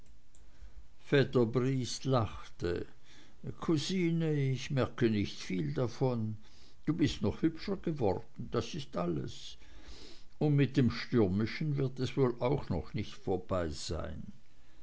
briest lachte cousine ich merke nicht viel davon du bist noch hübscher geworden das ist alles und mit dem stürmischen wird es wohl auch noch nicht vorbei sein